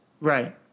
Right